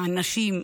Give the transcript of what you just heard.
הנשים,